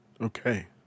Okay